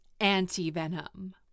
anti-venom